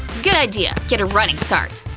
good idea, get a running start!